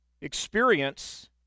experience